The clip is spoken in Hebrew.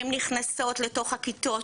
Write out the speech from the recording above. הן נכנסות לתוך הכיתות,